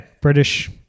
British